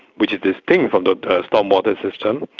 we did this thing from the stormwater system,